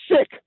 sick